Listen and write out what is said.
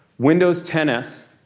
windows ten s,